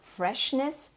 freshness